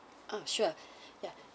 um sure yeah